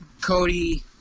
Cody